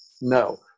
No